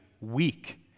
weak